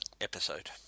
episode